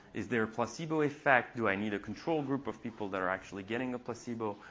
is there a placebo effect? do i need a control group of people that are actually getting a placebo?